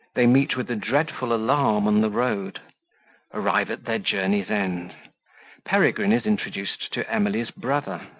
they meet with a dreadful alarm on the road arrive at their journey's end peregrine is introduced to emily's brother